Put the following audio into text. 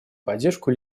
поддержку